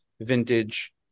vintage